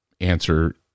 answer